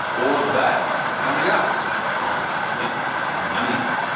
all of that coming up on slate money